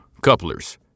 couplers